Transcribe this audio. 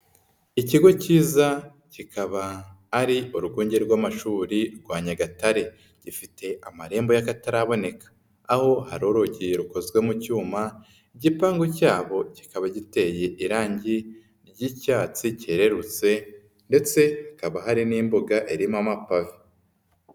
Ikigo cyiza kikaba ari urwunge rw'amashuri rwa Nyagatare gifite amarembo y'akataraboneka, aho hari urugi rukozwe mu cyuma, igipangu cyabo kikaba giteye irange ry'icyatsi cyererutse ndetse hakaba hari n'imbuga irimo amapave.